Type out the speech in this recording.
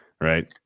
right